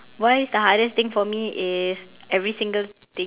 what is the hardest thing for me is every single thing